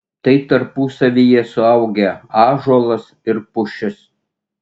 tai tarpusavyje suaugę ąžuolas ir pušis